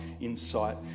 insight